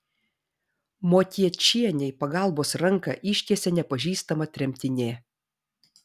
motiečienei pagalbos ranką ištiesė nepažįstama tremtinė